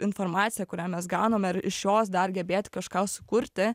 informaciją kurią mes gauname ir iš jos dar gebėti kažką sukurti